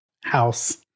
House